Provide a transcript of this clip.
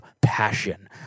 passion